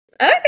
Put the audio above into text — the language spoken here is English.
Okay